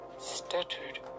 stuttered